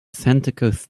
santikos